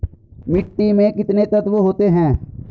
मिट्टी में कितने तत्व होते हैं?